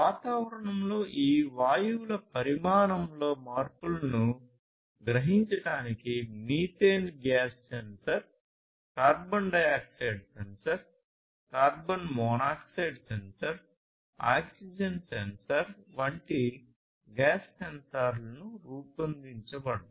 వాతావరణంలో ఈ వాయువుల పరిమాణంలో మార్పులను గ్రహించడానికి methane gas sensor carbon dioxide sensor carbon monoxide sensor oxygen sensor వంటి గ్యాస్ సెన్సార్లు రూపొందించబడ్డాయి